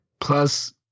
Plus